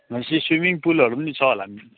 भनेपछि स्विमिङ पुलहरू पनि छ होला नि